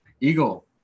Eagle